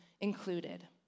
included